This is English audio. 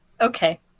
okay